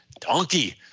donkey